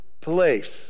place